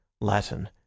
Latin